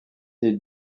est